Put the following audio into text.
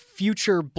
future